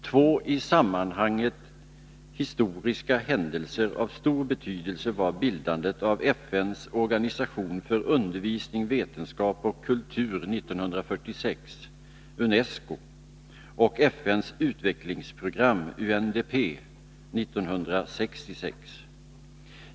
Två i sammanhanget historiska händelser av stor betydelse var bildandet av FN:s organisation för undervisning, vetenskap och kultur 1946 och FN:s utvecklingsprogram 1966.